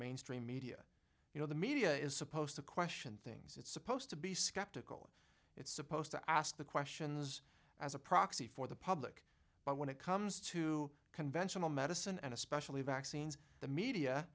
mainstream media you know the media is supposed to question things it's supposed to be skeptical it's supposed to ask the questions as a proxy for the public but when it comes to conventional medicine and especially vaccines the media